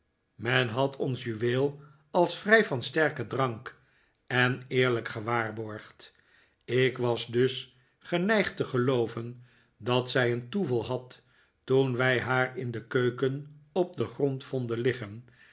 men had ons juweel als vrij van sterken drank en eerlijk gewaarborgd ik was dus geneigd te gelooven dat zij een toeval had toen wij haar in de keuken op den grond vonden liggen